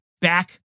back